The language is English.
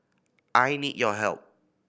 I need your help